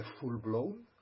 full-blown